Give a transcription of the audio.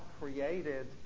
created